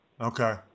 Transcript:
Okay